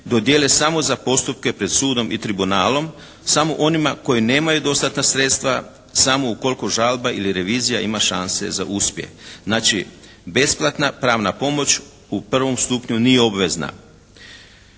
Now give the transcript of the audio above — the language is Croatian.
dodjeljuje samo za postupke pred sudom i tribunalom samo onima koji nemaju dostatna sredstva. Samo ukoliko žalba ili revizija ima šanse za uspjeh. Znači besplatna pravna pomoć u prvom stupnju nije obvezna.